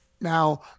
Now